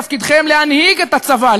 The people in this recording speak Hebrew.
תפקידכם להנהיג את הצבא,